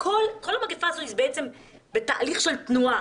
כל המגיפה הזאת היא בתהליך של תנועה.